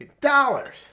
dollars